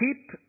keep